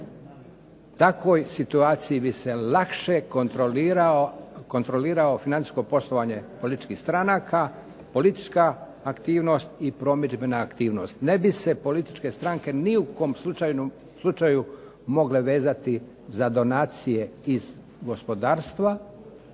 takovoj situaciji bi se lakše kontroliralo financijsko poslovanje političkih stranaka, politička aktivnost i promidžbena aktivnost. Ne bi se političke stranke ni u kom slučaju mogle vezati za donacije iz gospodarstva